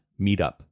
meetup